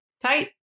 tight